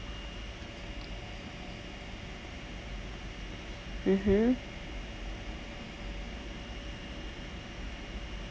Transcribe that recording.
mmhmm